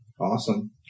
Awesome